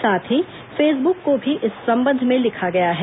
साथ ही फेसब्रक को भी इस संबंध में लिखा गया है